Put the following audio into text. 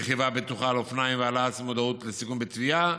רכיבה בטוחה על אופניים והעלאת מודעות לסיכון בטביעה.